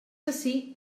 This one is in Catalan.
ací